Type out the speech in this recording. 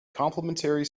complimentary